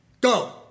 Go